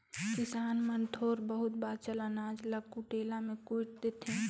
किसान मन थोर बहुत बाचल अनाज ल कुटेला मे कुइट देथे